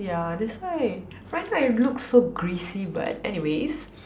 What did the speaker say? yeah that's why right now it looks so greasy but anyways